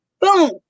Boom